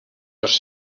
los